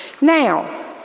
Now